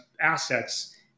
assets